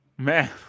Man